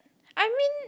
I mean